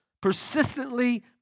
persistently